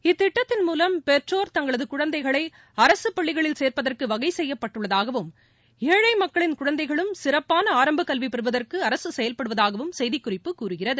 இத்திட்டத்தின் மூலம் பெற்றோர் தங்களது குழந்தைகளை அரசு பள்ளிகளில் சேர்ப்பதற்கு வகை செய்யப்பட்டுள்ளதாகவும் ஏழை மக்களிள் குழந்தைகளும் சிறப்பாள ஆரம்ப கல்வி பெறுவதற்கு அரசு செயல்படுவதாகவும் செய்திக் குறிப்பு கூறுகிறது